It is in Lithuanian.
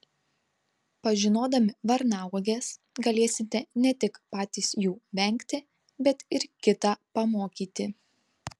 pažinodami varnauoges galėsite ne tik patys jų vengti bet ir kitą pamokyti